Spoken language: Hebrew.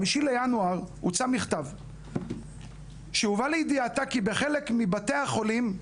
ב-5 בינואר הוצא מכתב שהובא לידיעתה שבחלק מבתי החולים,